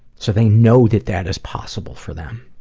so they know that that is possible for them,